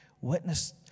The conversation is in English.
witness